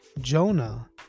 Jonah